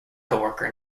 coworker